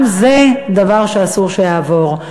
גם זה דבר שאסור שיעבור.